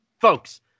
folks